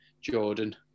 Jordan